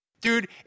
Dude